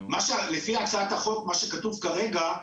לפי הצעת חוק מה שכתוב כרגע,